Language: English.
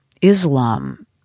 Islam